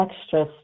extra